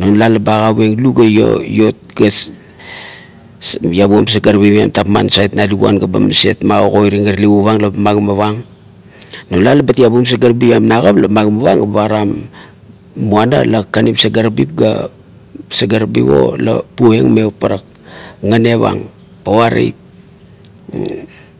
Non lop la ba agauieng lu ga iot gas, iabuan sagarabip iam tapma nasait na luguan ga ba maset makokoiring la tale puovang la ba magimavang. Non lap la bat iabum sagarabip iam nakap, la magimavang ga param, muana la kakanim sagarabip ga sagarabip o la pumeng me parak, ngane pang, para teip